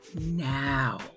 now